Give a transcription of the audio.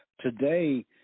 today